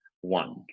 one